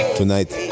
tonight